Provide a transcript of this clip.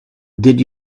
did